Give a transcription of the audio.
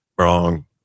Wrong